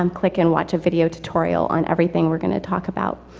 um click and watch a video tutorial on everything we're gonna talk about.